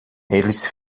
eles